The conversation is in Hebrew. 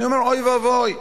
אני אומר: אוי ואבוי.